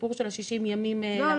הסיפור של ה-60 ימים --- לא.